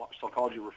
psychology